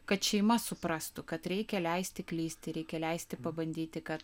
kad šeima suprastų kad reikia leisti klysti reikia leisti pabandyti kad